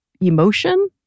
emotion